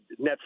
Netflix